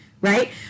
right